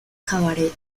cabaret